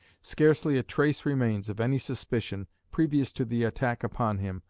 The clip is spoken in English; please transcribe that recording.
scarcely a trace remains of any suspicion, previous to the attack upon him,